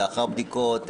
לאחר בדיקות,